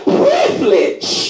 privilege